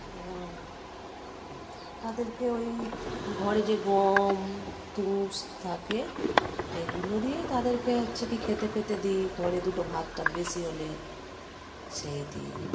এবং তাদেরকে ওই ঘরে যে গম তুষ থাকে এগুলো দিয়েই তাদেরকে হচ্ছে কি খেতে ফেতে দিই ঘরে দুটো ভাত টাত বেশি হলে সেই দিই